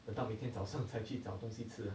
等到明天早上才去找东西吃啊